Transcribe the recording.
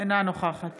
אינה נוכחת